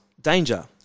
Danger